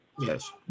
Yes